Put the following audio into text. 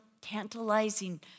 tantalizing